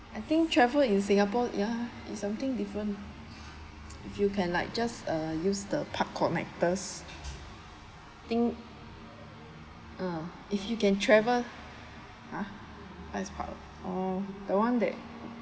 I think travel in singapore ya is something different if you can like just uh use the park connectors I think uh if you can travel ha what is park oh the one that